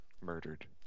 murdered